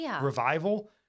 revival